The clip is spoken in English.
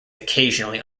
occasionally